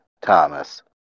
Thomas